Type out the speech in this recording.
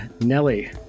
Nelly